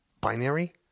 binary